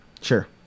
Sure